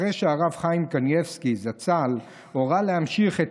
אחרי שהרב חיים קניבסקי הורה להמשיך את